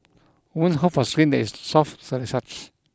women hope for skin that is soft sorry such